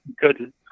good